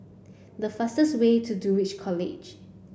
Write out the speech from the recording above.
the fastest way to Dulwich College